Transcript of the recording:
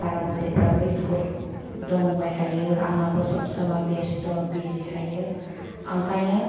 कारन उन्दैफ्राबो स्कुल दंबाय थायो आंनाबो सबसमाय बेस्त' बिजि थायो ओंखायनो